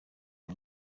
rwa